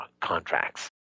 contracts